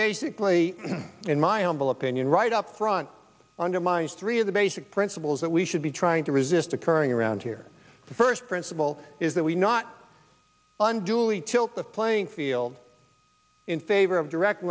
basically in my humble opinion right up front undermines three of the basic principles that we should be trying to resist occurring around here the first principle is that we not under tilt the playing field in favor of direct